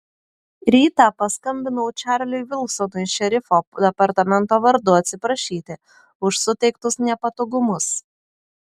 rytą paskambinau čarliui vilsonui šerifo departamento vardu atsiprašyti už suteiktus nepatogumus